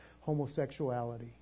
homosexuality